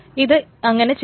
ഇത് അങ്ങനെ ചെയ്യുന്നു